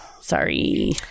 sorry